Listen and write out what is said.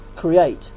create